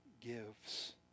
gives